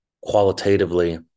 qualitatively